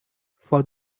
for